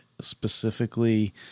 specifically